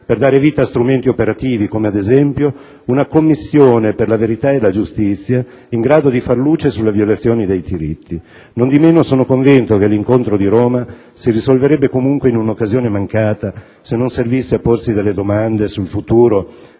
per dare vita a strumenti operativi, come, ad esempio, una commissione per la verità e la giustizia, in grado di far luce sulle violazioni dei diritti. Nondimeno, sono convinto che l'incontro di Roma si risolverebbe, comunque, in un'occasione mancata se non servisse a porsi delle domande sul futuro